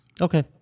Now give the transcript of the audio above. Okay